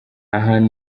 ahantu